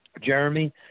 Jeremy